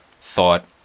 thought